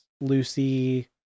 Lucy